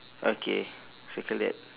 okay circle that